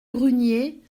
brunier